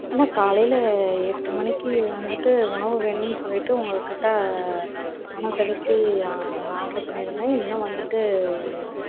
அண்ணா காலையில் எட்டு மணிக்கி வந்துட்டு உணவு வேணும்னு சொல்லிட்டு உங்கள்கிட்ட பணம் செலுத்தி ஆர்டரு பண்ணியிருந்தேன் இன்னும் வந்துட்டு